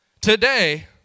today